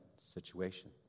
situation